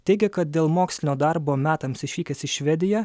teigia kad dėl mokslinio darbo metams išvykęs į švediją